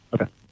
Okay